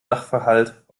sachverhalt